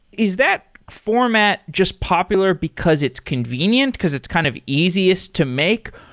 is that format just popular because it's convenient, because it's kind of easiest to make,